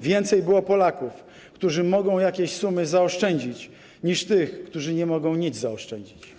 więcej było Polaków, którzy mogą jakieś sumy zaoszczędzić, niż tych, którzy nie mogą nic zaoszczędzić.